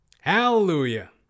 hallelujah